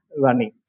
running